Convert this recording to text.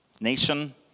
nation